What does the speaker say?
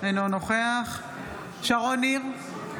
אינו נוכח שרון ניר,